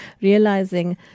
realizing